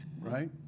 right